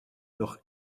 noch